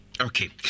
Okay